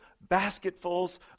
basketfuls